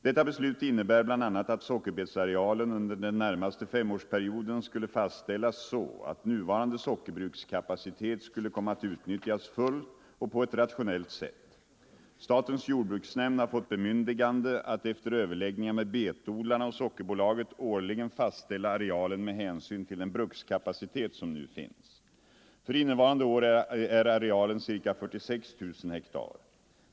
Detta beslut innebär bl.a. att sockerbetsarealen under den närmaste femårsperioden skulle fastställas så att nuvarande sockerbrukskapacitet skulle komma att utnyttjas fullt och på ett rationellt sätt. Statens jordbruksnämnd har fått bemyndigande att efter överläggningar med betodlarna och Sockerbolaget årligen fastställa arealen med hänsyn till den brukskapacitet som nu finns. För innevarande år är arealen ca 46 000 ha.